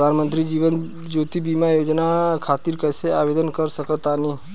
प्रधानमंत्री जीवन ज्योति बीमा योजना खातिर कैसे आवेदन कर सकत बानी?